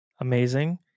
amazing